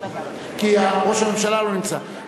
כי ראש הממשלה לא נמצא.